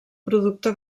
producte